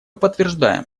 подтверждаем